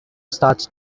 starts